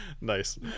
Nice